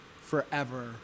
forever